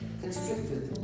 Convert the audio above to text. constricted